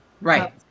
Right